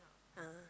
ah